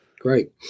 Great